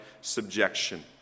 subjection